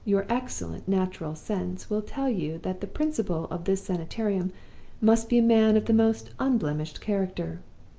your excellent natural sense will tell you that the principal of this sanitarium must be a man of the most unblemished character